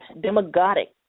demagogic